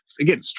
again